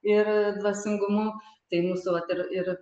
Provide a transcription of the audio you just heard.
ir dvasingumu tai mūsų vat ir ir